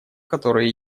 которые